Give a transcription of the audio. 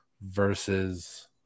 Versus